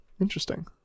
interesting